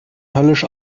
höllisch